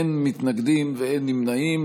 אין מתנגדים ואין נמנעים.